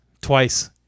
twice